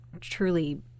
truly